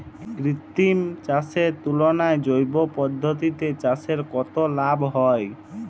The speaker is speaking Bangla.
কৃত্রিম চাষের তুলনায় জৈব পদ্ধতিতে চাষে কত লাভ হয়?